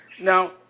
now